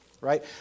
right